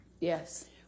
Yes